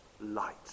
light